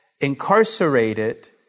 incarcerated